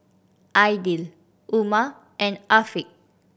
Aidil Umar and Afiq